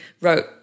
wrote